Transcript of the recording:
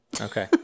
Okay